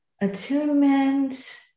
attunement